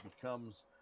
becomes